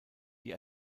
die